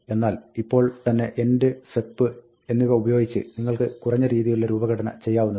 എന്നാൽ ഇപ്പോൾ തന്നെ end sep എന്നിവ ഉപയോഗിച്ച് നിങ്ങൾക്ക് കുറഞ്ഞ രീതിയിലുള്ള രൂപഘടന ചെയ്യാവുന്നതാണ്